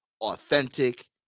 authentic